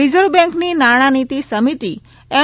reserve બેન્કની નાણાં નીતિ સમિતિ એમ